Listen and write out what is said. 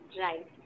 Right